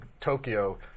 Tokyo